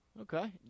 Okay